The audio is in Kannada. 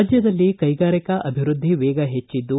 ರಾಜ್ಯದಲ್ಲಿ ಕೈಗಾರಿಕಾ ಅಭಿವೃದ್ದಿ ವೇಗ ಹೆಚ್ಚಿದ್ದು